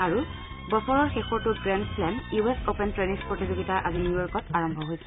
আৰু বছৰৰ শেষৰটো grand slam U S open tennis প্ৰতিযোগিতা আজি নিউয়ৰ্কত আৰম্ভ হৈছে